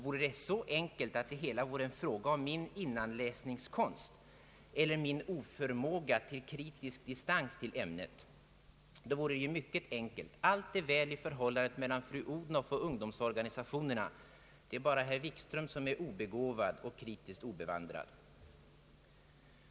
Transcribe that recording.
Vore det bara fråga om min innanläsningskonst eller oförmåga till kritisk distans till ämnet, vore ju saken mycket enkel: alltså om man kunde säga att allt är väl i förhållandet mellan fru Odhnoff och ungdomsvårdsorganisationerna och att det bara är jag som här är obegåvad och politiskt obevandrad.